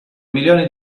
milioni